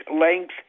length